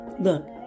look